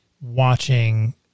watching